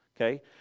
okay